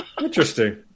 Interesting